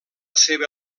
seva